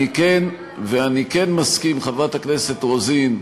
אני כן מסכים, חברת הכנסת רוזין,